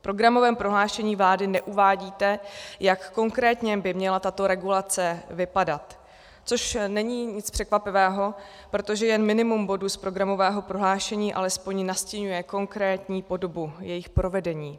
V programovém prohlášení vlády neuvádíte, jak konkrétně by měla tato regulace vypadat, což není nic překvapivého, protože jen minimum bodů z programového prohlášení alespoň nastiňuje konkrétní podobu jejich provedení.